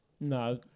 No